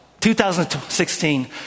2016